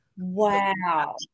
wow